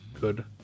Good